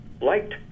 liked